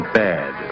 bad